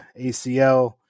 ACL